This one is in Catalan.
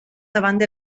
davant